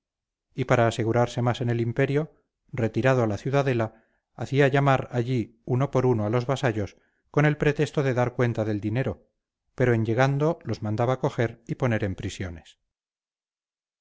y para asegurarse más en el imperio retirado a la ciudadela hacia llamar allí uno por uno a los vasallos con el pretexto de dar cuenta del dinero pero en llegando los mandaba coger y poner en prisiones